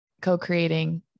co-creating